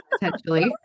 potentially